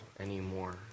anymore